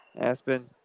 Aspen